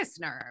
nerve